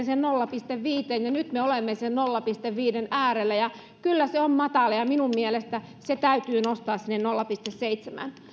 sen nolla pilkku viiteen ja nyt me olemme sen nolla pilkku viiden äärellä ja kyllä se on matala minun mielestäni se täytyy nostaa sinne nolla pilkku seitsemään